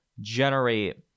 generate